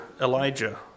Elijah